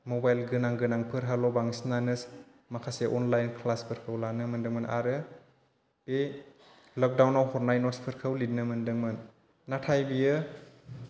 mobile गोनां गोनांफोरहाल' बांसिनानो माखासे अनलाइन क्लास फोरखौ लानो मोन्दोंमोन आरो बे लकडाउनाव हरनाय नटसफोरखौ लिरनो मोन्दोंमोन नाथाय बियो